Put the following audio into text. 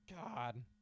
God